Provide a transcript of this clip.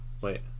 wait